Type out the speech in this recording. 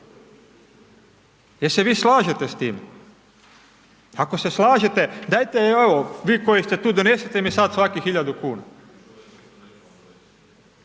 Je li se vi slažete sa tim? Ako se slažete, dajte evo, vi koji ste tu, donesite mi sad svaki hiljadu kuna.